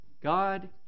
God